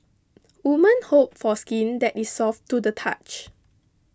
woman hope for skin that is soft to the touch